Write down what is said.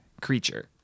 creature